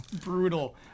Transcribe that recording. Brutal